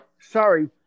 Sorry